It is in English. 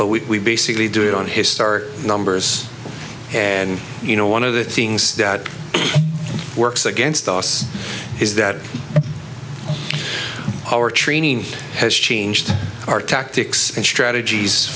but we basically do it on his start numbers and you know one of the things that works against us is that our training has changed our tactics and strategies